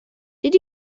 did